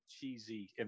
cheesy